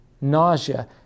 nausea